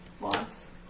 Lots